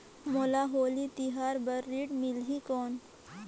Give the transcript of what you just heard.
मोला होली तिहार बार ऋण मिलही कौन?